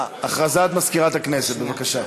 הודעה למזכירת הכנסת, בבקשה.